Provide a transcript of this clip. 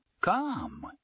Come